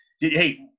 Hey